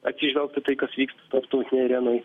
atsižvelgt į tai kas vyksta tarptautinėj arenoj